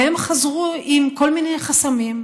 והם חזרו עם כל מיני חסמים.